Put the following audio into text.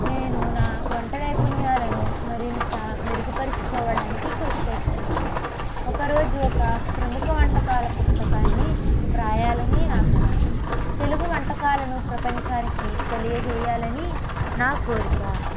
నేను నా వంట నైపుణ్యాలను మరింత మెరుగు పరుచుకోవడానికి కృషి చేస్తున్నాను ఒక రోజు ఒక ప్రముఖ వంటకాల పుస్తకాన్ని రాయాలని నా కళ తెలుగు వంటకాలను ప్రపంచానికి తెలియజేయాలని నా కోరిక